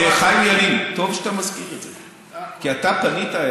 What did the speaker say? חיים ילין, טוב שאתה מזכיר את זה, זה הכול.